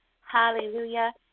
hallelujah